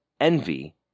envy